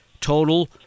total